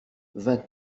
vingt